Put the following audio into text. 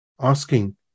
asking